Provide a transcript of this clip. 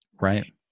Right